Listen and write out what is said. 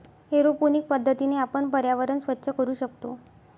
aeroponic पद्धतीने आपण पर्यावरण स्वच्छ करू शकतो